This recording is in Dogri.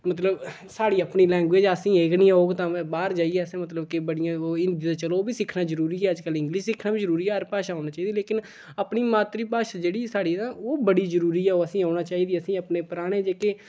मतलब साढ़ी अपनी लैंगुएज ऐ असें एह् गै नि औग ते बाह्र जाइयै असें मतलब के बड़ियां ते ओह् हिंदी ते चलो ओह् बी सिक्खना जरूरी ऐ ते अज्जकल इंग्लिश सिक्खना बी जरूरी ऐ हर भाशा औनी चाहिदी लेकिन अपनी मात्तरी भाशा जेह्ड़ी साढ़ी ना ओह् बड़ी जरूरी ऐ ओह् असें औना चाहिदी असीं अपने पराने जेह्के